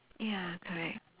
ya correct